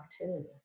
opportunity